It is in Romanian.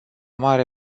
mare